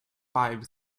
five